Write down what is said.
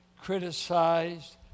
criticized